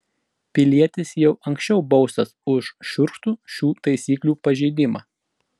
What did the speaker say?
pilietis jau anksčiau baustas už šiurkštų šių taisyklių pažeidimą